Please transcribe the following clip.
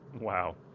Wow